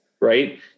right